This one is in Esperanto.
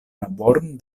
laboron